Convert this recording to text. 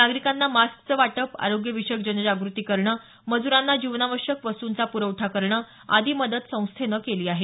नागरिकांना मास्कचं वाटप आरोग्य विषयक जनजागृती करणं मज्रांना जीवनावश्यक वस्तुंचा परवठा करणं अशी मदत संस्थेनं केली आहे